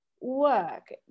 work